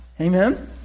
Amen